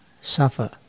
suffer